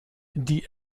die